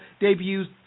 debuts